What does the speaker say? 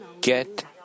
get